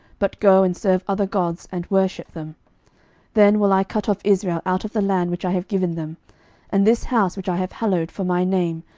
but go and serve other gods, and worship them then will i cut off israel out of the land which i have given them and this house, which i have hallowed for my name,